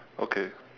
okay